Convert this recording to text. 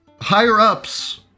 higher-ups